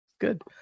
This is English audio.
good